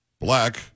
Black